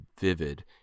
vivid